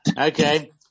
Okay